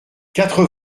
quatre